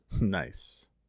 nice